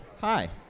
hi